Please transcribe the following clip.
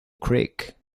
creek